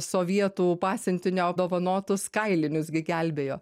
sovietų pasiuntinio dovanotus kailinius gi gelbėjo